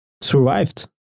survived